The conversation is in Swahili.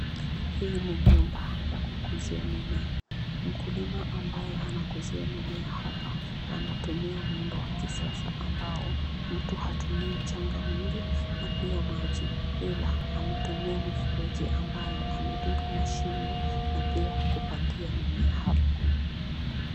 Hii ni nyumba ya kukuzia mimea. Mkulima ambaye anakuzia mimea hapa anatumia muundo wa kisasa ambao mtu hatumii mchanga mwingi na pia maji ila atatumia mifereji ambayo amedunga mashimo na pia kupandia mimea hapo.